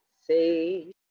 say